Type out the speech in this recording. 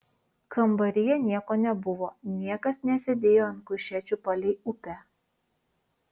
kambaryje nieko nebuvo niekas nesėdėjo ant kušečių palei upę